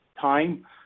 time